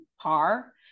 par